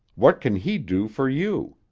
what can he do for you?